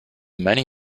many